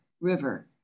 River